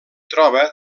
troba